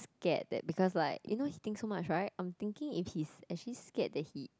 scared that because like you know he think so much right I'm thinking if he's actually scared that he is